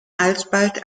alsbald